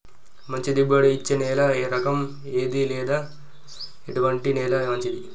మంచి దిగుబడి ఇచ్చే నేల రకం ఏది లేదా ఎటువంటి నేల మంచిది?